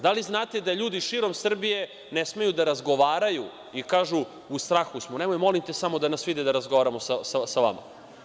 Da li znate da ljudi širom Srbije ne smeju da razgovaraju i kažu – u strahu smo, nemoj molim te samo da nas vide da razgovaramo sa vama.